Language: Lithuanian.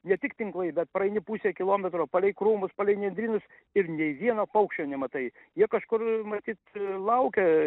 ne tik tinklai bet praeini pusę kilometro palei krūmus palei nendrynus ir nei vieno paukščio nematai jie kažkur matyt laukia